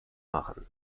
machen